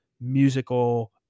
musical